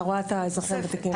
להוראת האזרחים הוותיקים.